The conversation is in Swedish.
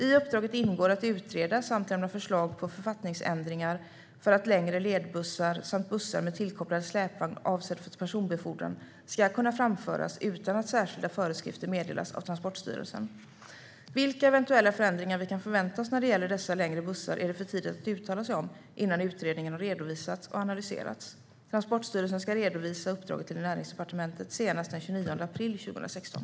I uppdraget ingår att utreda och lämna förslag på författningsändringar för att längre ledbussar, samt bussar med tillkopplad släpvagn avsedd för personbefordran, ska kunna framföras utan att särskilda föreskrifter meddelas av Transportstyrelsen. Vilka eventuella förändringar vi kan förvänta oss när det gäller dessa längre bussar är det för tidigt att uttala sig om innan utredningen har redovisats och analyserats. Transportstyrelsen ska redovisa uppdraget till Näringsdepartementet senast den 29 april 2016.